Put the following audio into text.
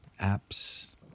apps